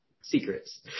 secrets